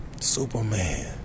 Superman